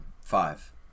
Five